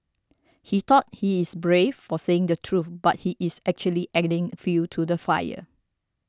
he thought he's brave for saying the truth but he's actually adding fuel to the fire